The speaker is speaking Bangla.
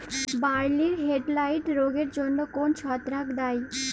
বার্লির হেডব্লাইট রোগের জন্য কোন ছত্রাক দায়ী?